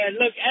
look